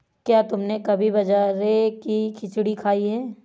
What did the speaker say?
क्या तुमने कभी बाजरे की खिचड़ी खाई है?